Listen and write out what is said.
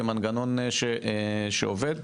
שעובד.